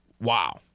Wow